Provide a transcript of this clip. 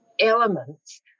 elements